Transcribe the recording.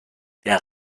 der